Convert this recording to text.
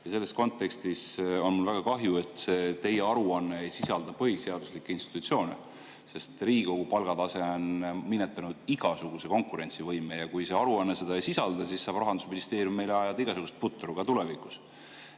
Selles kontekstis on mul väga kahju, et teie aruanne ei sisalda põhiseaduslikke institutsioone, sest Riigikogu [Kantselei] palgatase on minetanud igasuguse konkurentsivõime, ja kui see aruanne seda ei sisalda, saab Rahandusministeerium ajada meile igasugust putru ka tulevikus.